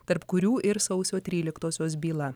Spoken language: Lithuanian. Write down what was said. tarp kurių ir sausio tryliktosios byla